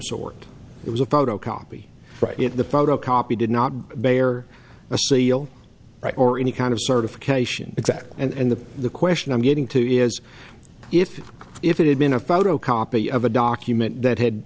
sort it was a photocopy right at the photocopy did not bear a seal or any kind of certification exactly and the question i'm getting to is if if it had been a photocopy of a document that had